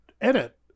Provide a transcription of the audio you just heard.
Edit